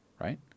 right